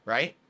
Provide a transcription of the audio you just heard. Right